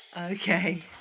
Okay